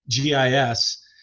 GIS